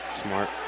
Smart